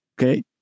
Okay